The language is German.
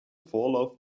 vorlauf